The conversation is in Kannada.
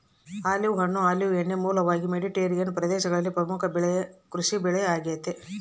ಆಲಿವ್ ಹಣ್ಣು ಆಲಿವ್ ಎಣ್ಣೆಯ ಮೂಲವಾಗಿ ಮೆಡಿಟರೇನಿಯನ್ ಪ್ರದೇಶದಲ್ಲಿ ಪ್ರಮುಖ ಕೃಷಿಬೆಳೆ ಆಗೆತೆ